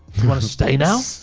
you wanna stay now?